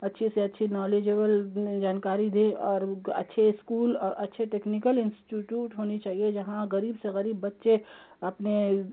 اچھی سے اچھی نالجیبل جانکاری دیں اور اچھے اسکول اور اچھے ٹیکنیکل انسٹیٹیوٹ ہونی چاہیے جہاں غریب سے غریب بچے اپنے